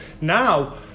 now